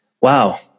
wow